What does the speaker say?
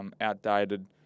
Outdated